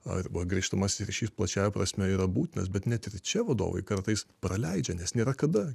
arba grįžtamasis ryšys plačiąja prasme yra būtinas bet net ir čia vadovai kartais praleidžia nes nėra kada